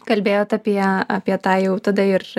kalbėjot apie apie tą jau tada ir